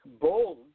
bold